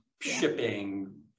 shipping